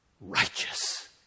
righteous